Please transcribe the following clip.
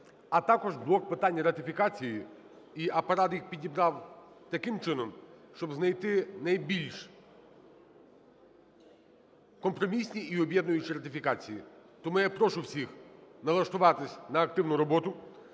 а також блок питань ратифікації. І Апарат їх підібрав таким чином, щоб знайти найбільш компромісні і об'єднуючі ратифікації. Тому я прошу всіх налаштуватись на активну роботу.